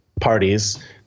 parties